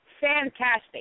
fantastic